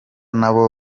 nabo